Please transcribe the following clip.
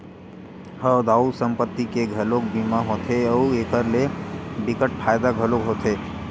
हव दाऊ संपत्ति के घलोक बीमा होथे अउ एखर ले बिकट फायदा घलोक होथे